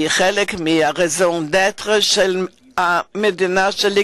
והיא חלק מה-raison d'être של המדינה שלי,